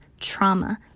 trauma